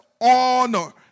honor